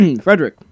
Frederick